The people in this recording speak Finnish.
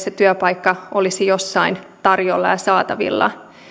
se työpaikka olisi edes jossain tarjolla ja saatavilla